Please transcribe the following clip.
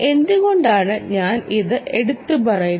എന്തുകൊണ്ടാണ് ഞാൻ ഇത് എടുത്ത് പറയുന്നത്